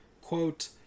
quote